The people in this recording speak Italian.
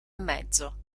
mezzo